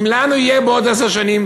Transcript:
אם לנו יהיו בעוד עשר שנים